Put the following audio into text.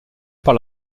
par